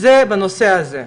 זה בנושא הזה.